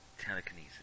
Telekinesis